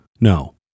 No